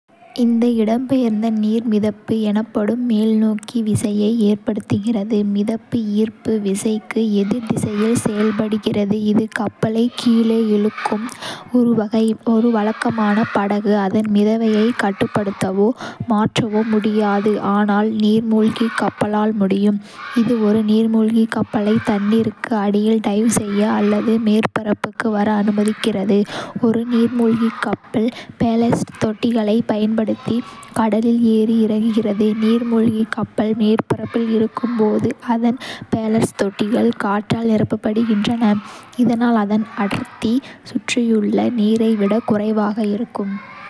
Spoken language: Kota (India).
இந்த இடம்பெயர்ந்த நீர் மிதப்பு எனப்படும் மேல்நோக்கி விசையை ஏற்படுத்துகிறது. மிதப்பு ஈர்ப்பு விசைக்கு எதிர் திசையில் செயல்படுகிறது, இது கப்பலை கீழே இழுக்கும். ஒரு வழக்கமான படகு அதன் மிதவையை கட்டுப்படுத்தவோ மாற்றவோ முடியாது, ஆனால் நீர்மூழ்கிக் கப்பலால் முடியும். இது ஒரு நீர்மூழ்கிக் கப்பலை தண்ணீருக்கு அடியில் டைவ் செய்ய அல்லது மேற்பரப்புக்கு வர அனுமதிக்கிறது. ஒரு நீர்மூழ்கிக் கப்பல் பேலஸ்ட் தொட்டிகளைப் பயன்படுத்தி கடலில் ஏறி இறங்குகிறது. நீர்மூழ்கிக் கப்பல் மேற்பரப்பில் இருக்கும்போது, ​​​​அதன் பேலஸ்ட் தொட்டிகள் காற்றால் நிரப்பப்படுகின்றன, இதனால் அதன் அடர்த்தி சுற்றியுள்ள நீரை விட குறைவாக இருக்கும்.